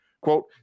Quote